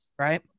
right